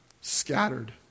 Scattered